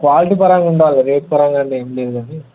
quality పరంగా ఉండాలి rate పరంగా ఏం లేదు కానీ